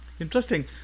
interesting